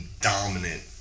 dominant